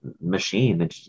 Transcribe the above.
machine